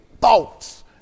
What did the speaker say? thoughts